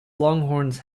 longhorns